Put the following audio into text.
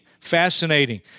fascinating